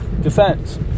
defense